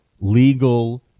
legal